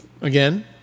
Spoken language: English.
again